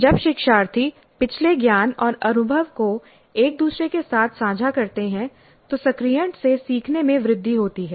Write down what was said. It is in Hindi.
जब शिक्षार्थी पिछले ज्ञान और अनुभव को एक दूसरे के साथ साझा करते हैं तो सक्रियण से सीखने में वृद्धि होती है